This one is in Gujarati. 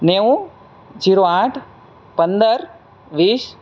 નેવું જીરો આઠ પંદર વીસ